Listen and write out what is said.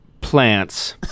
plants